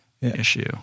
issue